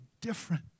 different